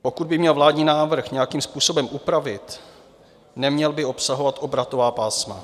Pokud bych měl vládní návrh nějakým způsobem upravit, neměl by obsahovat obratová pásma.